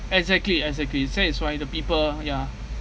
exactly exactly so is why the people ya